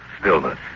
Stillness